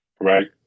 Right